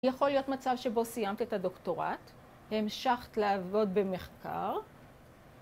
יכול להיות מצב שבו סיימת את הדוקטורט, המשכת לעבוד במחקר